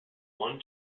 one